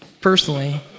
personally